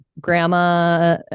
grandma